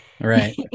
Right